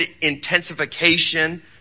intensification